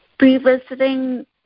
Revisiting